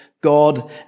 God